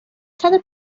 صدو